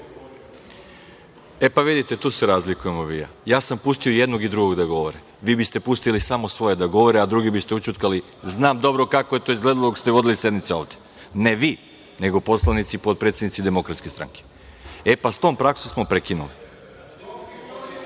pa, vidite, tu se razlikujemo vi i ja. Ja sam pustio i jednog i drugog da govore. Vi biste pustili samo svoje da govore, a druge biste ućutkali. Znam dobro kako je to izgledalo dok ste vodili sednice ovde, ne vi, nego poslanici potpredsednici DS. E, pa sa tom praksom smo